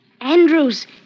Andrews